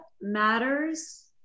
matters